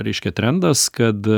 reiškia trendas kad